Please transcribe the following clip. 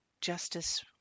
Justice